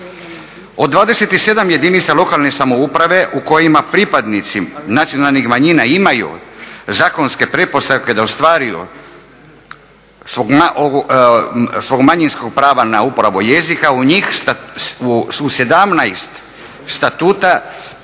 Od 27 jedinice lokalne samouprave u kojima pripadnika nacionalnih manjina imaju zakonske pretpostavke da ostvaruju svog manjinskog prava na uporabu jezika u njih 17 statutima